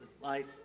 life